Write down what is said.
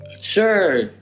Sure